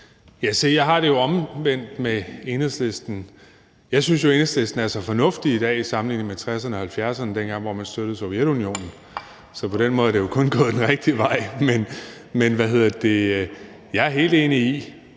jeg har det jo omvendt med Enhedslisten. Jeg synes, at Enhedslisten er så fornuftige i dag sammenlignet med 1960'erne og 1970'erne, hvor man støttede Sovjetunionen, så på den måde er det jo kun gået den rigtige vej. Men jeg er helt enig i,